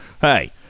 Hey